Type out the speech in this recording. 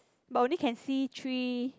but only can see three